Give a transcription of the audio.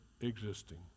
existing